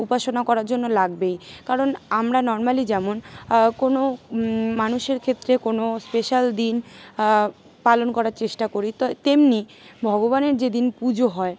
উপাসনা করার জন্য লাগবেই কারণ আমরা নর্মালি যেমন কোনো মানুষের ক্ষেত্রে কোনো স্পেশাল দিন পালন করার চেষ্টা করি তা তেমনি ভগবানের যেদিন পুজো হয়